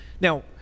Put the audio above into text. Now